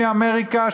מאמריקה,